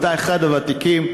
אתה אחד הוותיקים,